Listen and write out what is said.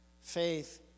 faith